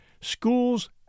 Schools